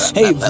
Hey